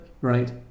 right